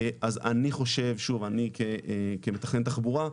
אז אני חושב שוב אני כמתכנן תחבורה,